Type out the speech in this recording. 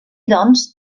doncs